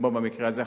כמו במקרה הזה,